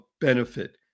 benefit